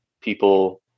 people